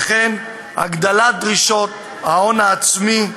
וכן הגדלת דרישות ההון העצמי,